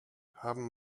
haben